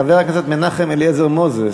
חבר הכנסת מנחם אליעזר מוזס.